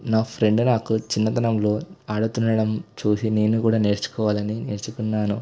నా ఫ్రెండ్ నాకు చిన్నతనంలో ఆడుతుండడం చూసి నేను కూడా నేర్చుకోవాలని నేర్చుకున్నాను